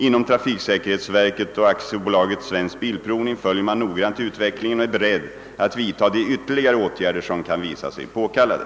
Inom =<trafiksäkerhetsverket och AB Svensk bilprovning följer man noggrant utvecklingen och är beredd att vidta de ytterligare åtgärder som kan visa sig påkallade.